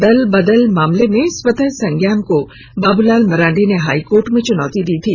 दलबदल मामले में स्वतः संज्ञान को बाबूलाल मरांडी ने हाई कोर्ट में चुनौती दी थी